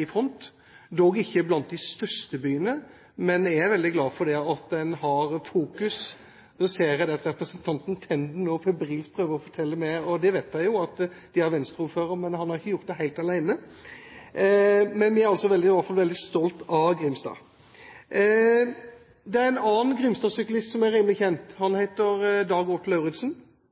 i front – dog ikke blant de største byene. Men jeg er veldig glad for fokuset – nå ser jeg at representanten Tenden febrilsk prøver å fortelle meg at de har Venstre-ordfører, men dette har han ikke gjort helt alene. Jeg er i alle fall veldig stolt av Grimstad. Det er en annen Grimstad-syklist som er rimelig kjent. Han heter Dag